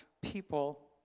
people